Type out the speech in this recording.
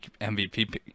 MVP